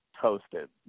toasted